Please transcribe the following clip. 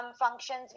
functions